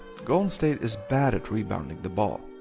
golden state is bad at rebounding the ball,